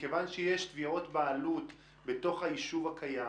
מכיוון שיש תביעות בעלות בתוך היישוב הקיים,